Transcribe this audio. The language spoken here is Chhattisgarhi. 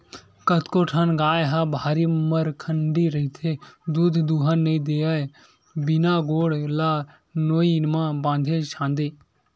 कतको ठन गाय ह भारी मरखंडी रहिथे दूद दूहन नइ देवय बिना गोड़ ल नोई म बांधे छांदे